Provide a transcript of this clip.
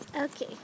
okay